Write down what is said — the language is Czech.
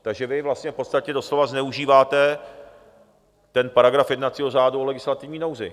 Takže vy vlastně v podstatě doslova zneužíváte ten paragraf jednacího řádu o legislativní nouzi.